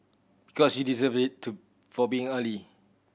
because you deserve it to for being early